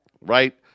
right